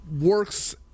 works